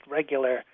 regular